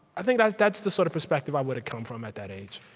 i think that's that's the sort of perspective i would've come from, at that age